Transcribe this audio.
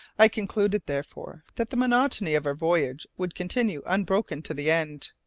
i concluded therefore that the monotony of our voyage would continue unbroken to the end.